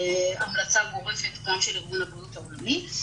כהמלצה גורפת גם של ארגון הבריאות העולמי.